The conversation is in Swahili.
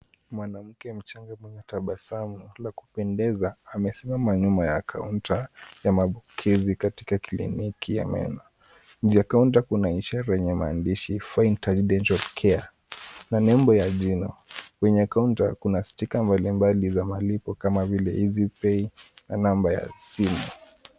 Mwanamke mchanga mwenye tabasamu la kupendeza amesimama nyuma ya kaunta ya maamkizi katika kliniki ya meno. Juu kuna ishara yenye maandishi FineTouch dental care na nembo ya jino. Kwenye kaunta kuna stika mbali mbali za malipo kama vile EasyPay na namba ya simu.